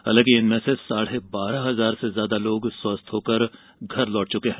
हालांकि इनमें से साढ़े बारह हजार से ज्यादा लोग स्वस्थ होकर घर लौट चुके हैं